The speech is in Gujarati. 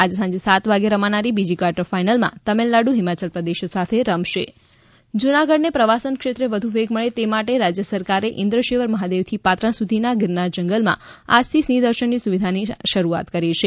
આજે સાંજે સાત વાગ્યે રમાનારી બીજી કર્વાટર ફાઇનલમાં તમીલનાડુ હિમાચલ પ્રદેશ સાથે રમશે સિંહ દર્શન જૂનાગઢને પ્રવાસન ક્ષેત્રે વધુ વેગ મળે તે માટે રાજ્ય સરકારે ઇન્દ્રેશવર મહાદેવ થી પાત્રણ સુધીના ગિરનાર જંગલમાં આજથી સિંહ દર્શન ની સુવિધા ની આજથી શરૂઆત કરી છે